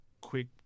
quick